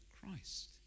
christ